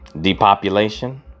depopulation